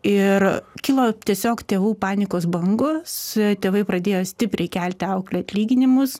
ir kilo tiesiog tėvų panikos bangos tėvai pradėjo stipriai kelti auklei atlyginimus